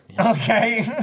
Okay